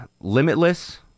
Limitless